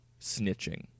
snitching